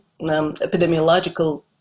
epidemiological